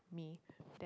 me that